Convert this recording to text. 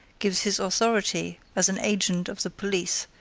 gives his authority as an agent of the police,